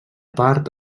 part